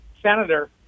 senator